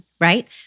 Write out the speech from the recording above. right